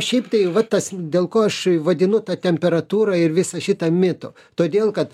šiaip tai va tas dėl ko aš vadinu tą temperatūrą ir visą šitą mitu todėl kad